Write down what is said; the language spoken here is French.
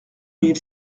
mille